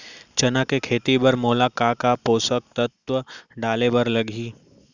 चना के खेती बर मोला का का पोसक तत्व डाले बर लागही?